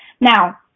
Now